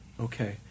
Okay